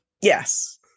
Yes